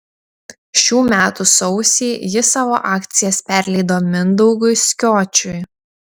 šių metų sausį ji savo akcijas perleido mindaugui skiočiui